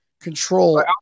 control